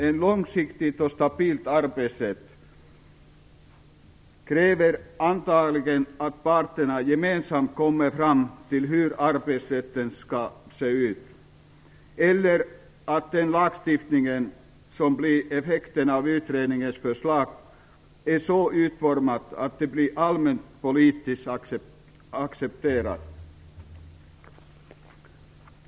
En långsiktig och stabil arbetsrätt kräver antagligen att parterna gemensamt kommer fram till hur arbetsrätten skall se ut, eller att den lagstiftning som blir effekten av utredningens förslag är så utformad att den blir allmänt politiskt accepterad.